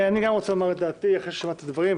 אני גם רוצה לומר את דעתי אחרי ששמעתי את הדברים,